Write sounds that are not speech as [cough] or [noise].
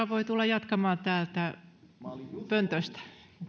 [unintelligible] voi tulla jatkamaan täältä pöntöstä